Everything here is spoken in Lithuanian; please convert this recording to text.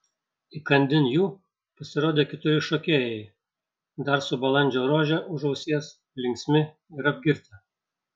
įkandin jų pasirodė keturi šokėjai dar su balandžio rože už ausies linksmi ir apgirtę